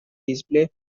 display